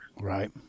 Right